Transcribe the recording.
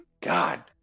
God